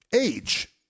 age